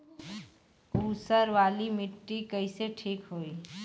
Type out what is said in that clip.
ऊसर वाली मिट्टी कईसे ठीक होई?